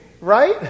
right